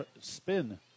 spin